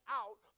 out